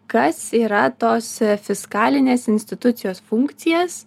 kas yra tos fiskalinės institucijos funkcijas